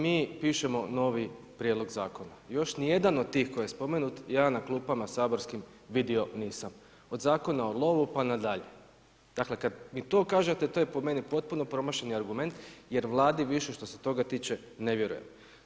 Mi pišemo novi prijedlog zakona, još nijedan od tih koji je spomenut ja na klupama saborskim vidio nisam od Zakona o lovu pa na dalje. dakle kada mi to kažete to je po meni potpuno promašeni argument jer Vladi više što se toga tiče ne vjerujem.